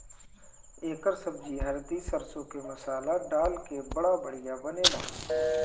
एकर सब्जी हरदी सरसों के मसाला डाल के बड़ा बढ़िया बनेला